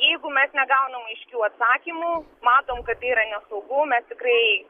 jeigu mes negaunam aiškių atsakymų matom kad tai yra nesaugu mes tikrai